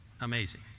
amazing